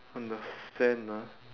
on the sand ah